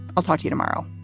i'll talk to you tomorrow